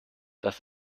das